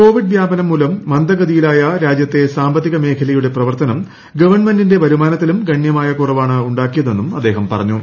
Covid വ്യാപനം മൂലം മന്ദഗതിയിലായ രാജ്യത്തെ സാമ്പത്തിക മേഖലയുടെ പ്രവർത്തനം ഗവൺമെന്റിന്റെ വരുമാനത്തിലും ഗണ്യമായ കുറവാണ് ഉണ്ടാക്കിയതെന്നും അദ്ദേഹം പറഞ്ഞു